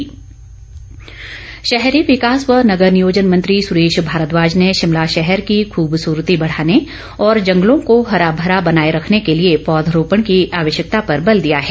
सुरेश भारद्वाज शहरी विकास व नगर नियोजन मंत्री सुरेश भारद्वाज ने शिमला शहर की खूबसूरती बढ़ाने और जंगलों को हरा भरा बनाए रखने के लिए पौधारोपण की आवश्यकता पर बल दिया है